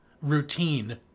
routine